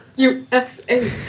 USA